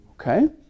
Okay